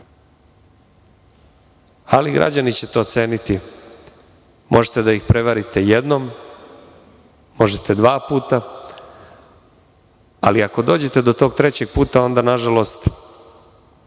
Građani će to oceniti, možete da ih prevarite jednom, možete dva puta, ali ako dođete do tog trećeg puta onda nažalost